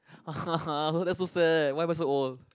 that so sad why why so old